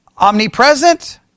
Omnipresent